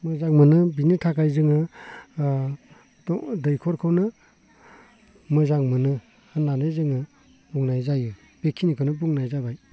मोजां मोनो बेनि थाखाय जोङो दैखरखौनो मोजां मोनो होननानै जोङो बुंनाय जायो बेखिनिखौनो बुंनाय जाबाय